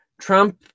Trump